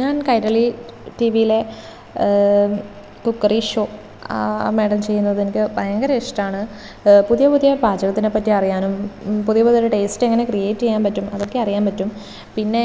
ഞാൻ കൈരളി ടി വിയിലെ cookery show ആ മാഡം ചെയ്യുന്നതെനിക്ക് ഭയങ്കര ഇഷ്ടമാണ് പുതിയ പുതിയ പാചകത്തിനെപ്പറ്റി അറിയാനും പുതിയ പുതിയ ടേസ്റ്റ് എങ്ങനെ ക്രിയേറ്റ് ചെയ്യാൻ പറ്റും അതൊക്കെയ അറിയാൻ പറ്റും പിന്നെ